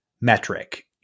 metric